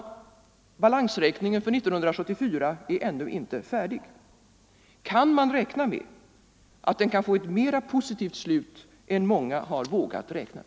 Balansräkningen för 1974 är ännu icke färdig. Kan man räkna med att den kan få ett mer positivt slut än många har vågat förutse?